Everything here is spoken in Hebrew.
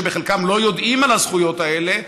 שחלקם לא יודעים על הזכויות האלה,